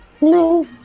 No